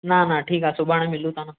न न ठीकु आहे सुभाणे मिलूं था न